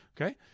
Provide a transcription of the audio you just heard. okay